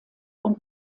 und